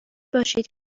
باشید